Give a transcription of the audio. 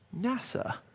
NASA